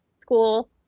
school